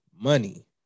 money